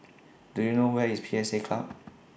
Do YOU know Where IS P S A Club